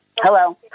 Hello